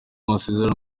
masezerano